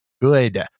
good